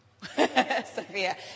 Sophia